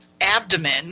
abdomen